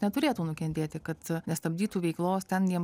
neturėtų nukentėti kad nestabdytų veiklos ten jiem